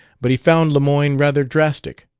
but he found lemoyne rather drastic.